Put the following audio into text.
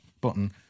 button